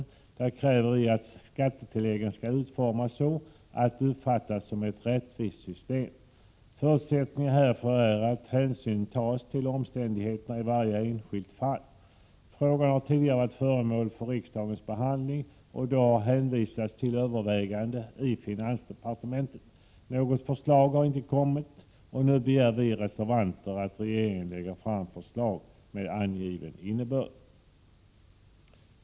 I den kräver vi att skattetilläggen skall utformas så att systemet uppfattas som rättvist. Förutsättningarna härför är att hänsyn tas till omständigheterna i varje enskilt fall. Frågan har tidigare varit föremål för riksdagens behandling, och då har hänvisats till överväganden i finansdepartementet. Något förslag har inte kommit, och nu begär vi reservanter att regeringen lägger fram ett förslag med angiven innebörd.